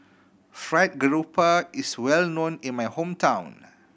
Fried Garoupa is well known in my hometown